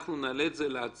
כשאנחנו נעלה את זה להצבעה,